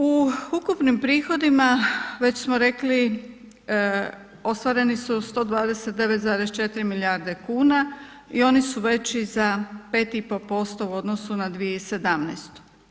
U ukupnim prihodima već smo rekli ostvareni su 129,4 milijarde kuna i oni su veći za 5,5% u odnosu na 2017.